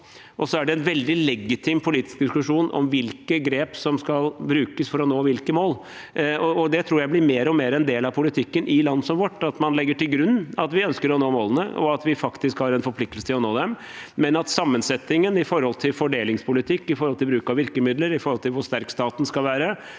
Så er det en veldig legitim politisk diskusjon om hvilke grep som skal brukes for å nå hvilke mål. Det tror jeg blir mer og mer en del av politikken i land som vårt. Man legger til grunn at vi ønsker å nå målene, og at vi faktisk har en forpliktelse til å nå dem, men at sammensetningen i forhold til fordelingspolitikk, til bruk av virkemidler og til hvor sterk staten skal være,